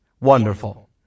Wonderful